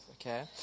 Okay